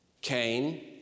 Cain